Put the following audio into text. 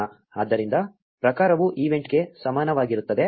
ಆದ್ದರಿಂದ ಪ್ರಕಾರವು ಈವೆಂಟ್ಗೆ ಸಮಾನವಾಗಿರುತ್ತದೆ